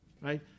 right